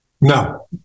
No